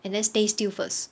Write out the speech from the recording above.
and then stay still first